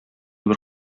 бер